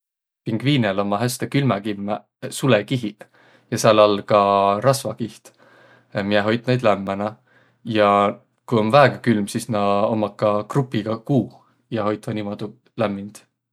Pingviinel ommaq häste külmäkimmäq sulõkihiq. Ja sääl all ka rasvakiht, miä hoit näid lämmänä. Ja ku om väega külm, sis na ommaq ka grupigaq kuuh ja hoitvaq niimuudu lämmind.